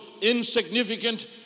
insignificant